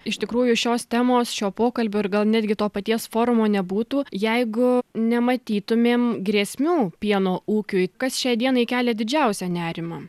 iš tikrųjų šios temos šio pokalbio ir gal netgi to paties forumo nebūtų jeigu nematytumėm grėsmių pieno ūkiui kas šiai dienai kelia didžiausią nerimą